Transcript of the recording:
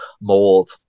mold